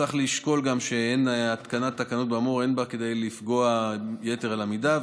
צריך לשקול גם שאין בהתקנת תקנות כאמור כדי לפגוע יתר על המידה,